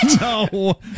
No